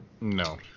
no